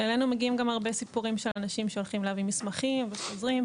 אלינו מגיעים גם הרבה סיפורים של אנשים שהולכים להביא מסמכים וחוזרים,